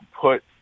put